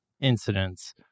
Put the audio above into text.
incidents